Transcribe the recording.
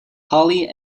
holly